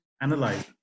analyze